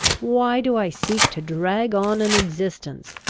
why do i seek to drag on an existence,